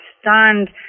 stunned